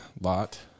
lot